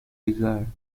desire